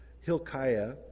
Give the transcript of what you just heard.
Hilkiah